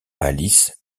alice